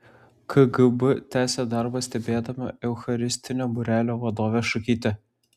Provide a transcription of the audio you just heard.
kgb tęsė darbą stebėdama eucharistinio būrelio vadovę šukytę